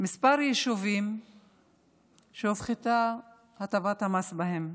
כמה יישובים שהופחתה הטבת המס בהם: